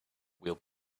will